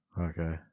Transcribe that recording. Okay